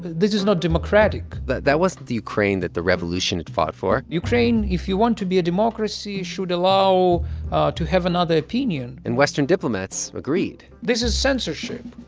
but this is not democratic but that wasn't the ukraine that the revolution had fought for ukraine if you want to be a democracy should allow to have another opinion and western diplomats agreed this is censorship